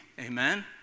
Amen